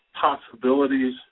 possibilities